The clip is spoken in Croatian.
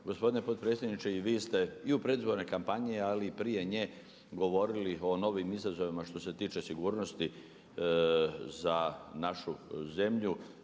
gospodine potpredsjedniče i vi ste i u predizbornoj kampanji, ali i prije nje govorili o novim izazovima što se tiče sigurnosti za našu zemlju,